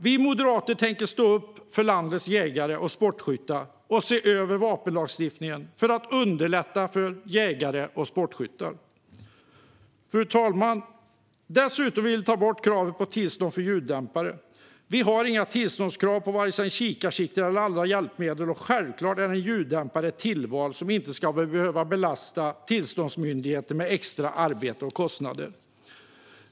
Vi moderater tänker stå upp för landets jägare och sportskyttar och se över vapenlagstiftningen för att underlätta för dem. Dessutom vill vi ta bort kravet på tillstånd för ljuddämpare. Vi har inga tillståndskrav på vare sig kikarsikten eller andra hjälpmedel, och självklart är en ljuddämpare ett tillval som inte ska behöva belasta tillståndsmyndigheten med extra arbete och kostnader.